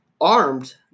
armed